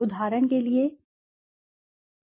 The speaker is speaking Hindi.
उदाहरण के लिए रहस्य दुकानदार